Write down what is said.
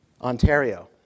Ontario